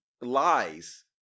lies